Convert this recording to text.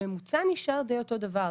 הממוצע נשאר אותו דבר,